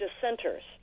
dissenters